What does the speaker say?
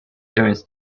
turns